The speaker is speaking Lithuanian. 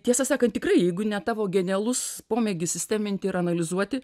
tiesą sakant tikrai jeigu ne tavo genialus pomėgis sisteminti ir analizuoti